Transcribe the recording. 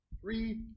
Three